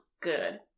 good